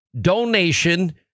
donation